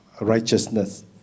righteousness